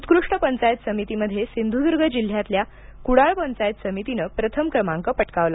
उत्कृष्ट पंचायत समितीमध्ये सिंधुद्र्ग जिल्ह्यातल्या कुडाळ पंचायत समितीनं प्रथम क्रमांक पटकावला